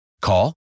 Call